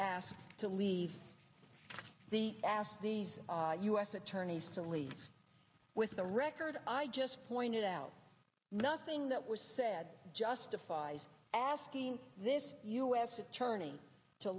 asked to leave the asked these u s attorneys to leave with the record i just pointed out nothing that was said justifies asking this u s attorney to